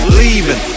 leaving